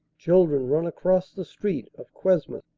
children run across the street of cuesmes.